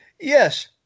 yes